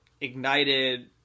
ignited